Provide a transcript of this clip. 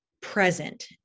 present